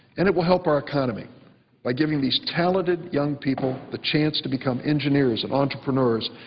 and it will help our economy by giving these talented young people the chance to become engineers and entrepreneurs,